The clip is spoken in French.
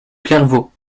clairvaux